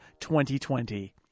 2020